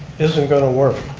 isn't going to work.